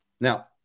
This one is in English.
Now